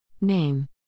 Name